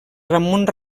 ramon